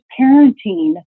parenting